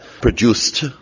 produced